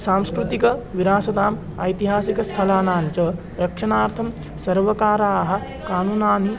सांस्कृतिकविरासताम् ऐतिहासिकस्थलानां च रक्षणार्थं सर्वकाराः कानुनानि